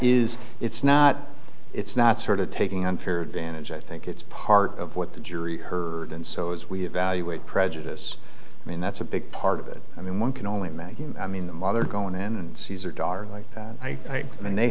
is it's not it's not sort of taking unfair advantage i think it's part of what the jury heard and so as we evaluate prejudice i mean that's a big part of it i mean one can only imagine i mean the mother going in and sees or daughter like i mean they